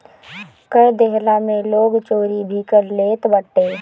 कर देहला में लोग चोरी भी कर लेत बाटे